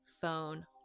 phone